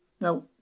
Now